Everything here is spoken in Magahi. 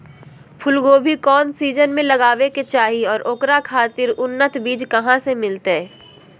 फूलगोभी कौन सीजन में लगावे के चाही और ओकरा खातिर उन्नत बिज कहा से मिलते?